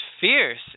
Fierce